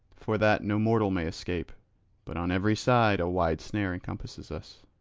for that no mortal may escape but on every side a wide snare encompasses us.